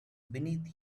beneath